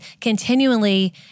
continually